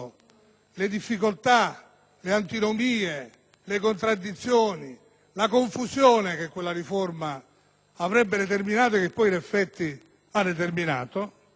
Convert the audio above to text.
le difficoltà, le antinomie, le contraddizioni, la confusione che quella riforma avrebbe determinato, come poi è avvenuto.